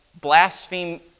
Blaspheme